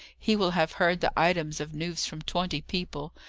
he will have heard the items of news from twenty people,